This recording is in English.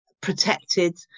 protected